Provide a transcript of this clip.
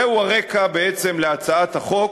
זהו הרקע להצעת החוק,